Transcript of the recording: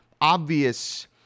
obvious